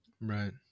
Right